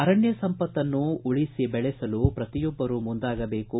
ಅರಣ್ಯ ಸಂಪತ್ತನ್ನು ಉಳಿಸಿ ಬೆಳೆಸಲು ಪ್ರತಿಯೊಬ್ಬರೂ ಮುಂದಾಗಬೇಕು